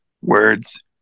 words